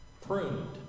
pruned